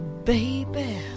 Baby